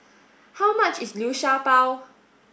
how much is Liu Sha Bao